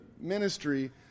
ministry